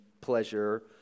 pleasure